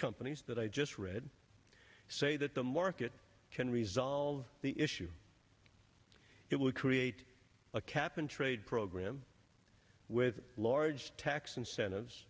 companies that i just read say that the market can resolve the issue it will create a cap and trade program with large tax incentives